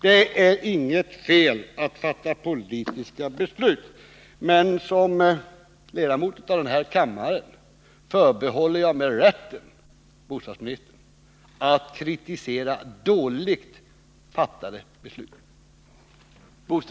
Det är inget fel att fatta politiska beslut, men som ledamot av den här kammaren förbehåller jag mig rätten, bostadsministern, att kritisera dåligt fattade beslut.